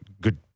good